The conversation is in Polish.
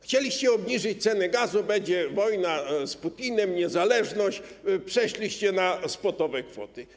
Chcieliście obniżyć ceny gazu, będzie wojna z Putinem, niezależność, przeszliście na spotowe kwoty.